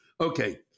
Okay